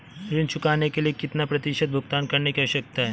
ऋण चुकाने के लिए कितना प्रतिशत भुगतान करने की आवश्यकता है?